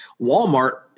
Walmart